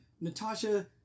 Natasha